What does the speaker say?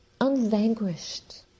unvanquished